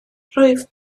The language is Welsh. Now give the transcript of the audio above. rwyf